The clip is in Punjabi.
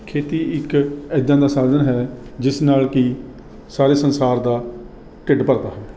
ਖੇਤੀ ਇੱਕ ਇੱਦਾਂ ਦਾ ਸਾਧਨ ਹੈ ਜਿਸ ਨਾਲ ਕਿ ਸਾਰੇ ਸੰਸਾਰ ਦਾ ਢਿੱਡ ਭਰਦਾ ਹੈ